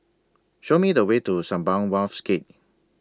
Show Me The Way to Sembawang Wharves Gate